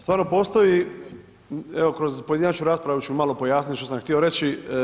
Stvarno postoji, evo kroz pojedinačnu raspravu ću malo pojasnit što sam htio reći.